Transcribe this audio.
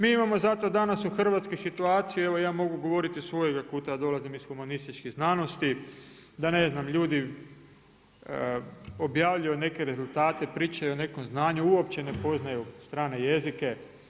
Mi imamo zato danas u Hrvatskoj situaciju, evo ja mogu govoriti iz svojega kuta, ja dolazim iz humanističkih znanosti, da ne znam, ljudi objavljuju neke rezultate, pričaju o nekom znanju, uopće ne poznaju strane jezike.